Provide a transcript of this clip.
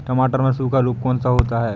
टमाटर में सूखा रोग कौन सा होता है?